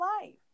life